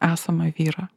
esamą vyrą